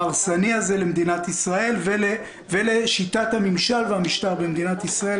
וההרסני הזה למדינת ישראל ולשיטת הממשל והמשטר במדינת ישראל.